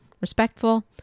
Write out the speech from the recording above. respectful